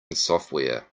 software